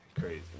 Crazy